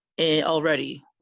already